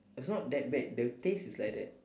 it's not that bad the taste is like that